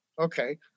Okay